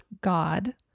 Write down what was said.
God